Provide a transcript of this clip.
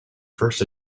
first